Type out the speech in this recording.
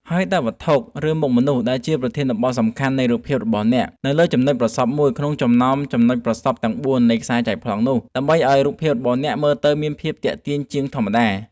ហើយដាក់វត្ថុ ឬមុខមនុស្ស ដែលជាប្រធានបទសំខាន់នៃរូបភាពរបស់អ្នក នៅលើចំណុចប្រសព្វមួយក្នុងចំណោមចំណុចប្រសព្វទាំងបួននៃខ្សែចែកប្លង់នោះ ដើម្បីឱ្យរូបភាពរបស់អ្នកមើលទៅមានភាពទាក់ទាញជាងធម្មតា។